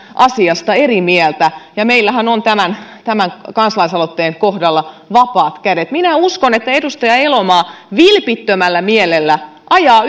asiasta eri mieltä ja meillähän on tämän tämän kansalaisaloitteen kohdalla vapaat kädet minä uskon että edustaja elomaa vilpittömällä mielellä ajaa